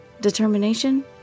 Determination